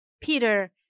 Peter